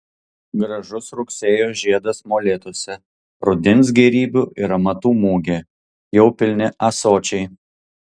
gražus rugsėjo žiedas molėtuose rudens gėrybių ir amatų mugė jau pilni ąsočiai